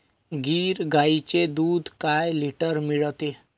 गीर गाईचे दूध काय लिटर मिळते?